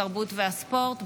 התרבות והספורט.